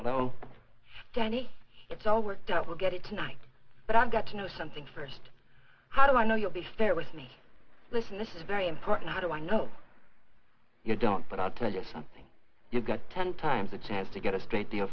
oh danny it's all worked out we'll get it tonight but i've got to know something first how do i know you'll be there with me listen this is very important how do i know you don't but i'll tell you something you've got ten times the chance to get a straight deal